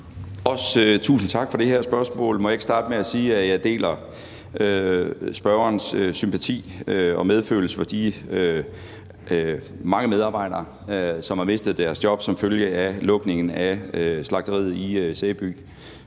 Også tusind tak for det her spørgsmål. Må jeg ikke starte med at sige, at jeg deler spørgerens sympati og medfølelse med de mange medarbejdere, som har mistet deres job som følge af lukningen af slagteriet i Sæby?